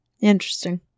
Interesting